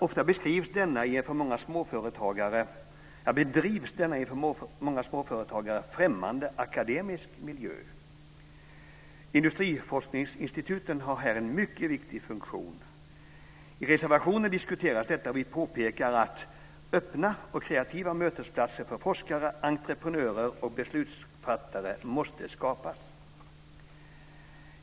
Ofta bedrivs denna i en för många småföretagare främmande akademisk miljö. Industriforskningsinstituten har här en mycket viktig funktion. I reservationen diskuteras detta. Vi påpekar att "öppna och kreativa mötesplatser där forskare, entreprenörer och beslutsfattare kan mötas måste skapas".